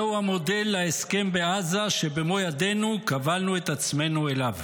זהו המודל להסכם בעזה שבמו ידינו כבלנו את עצמנו אליו.